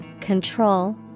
Control